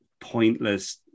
pointless